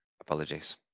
Apologies